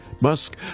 Musk